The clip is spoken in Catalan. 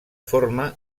forma